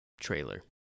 trailer